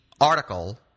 article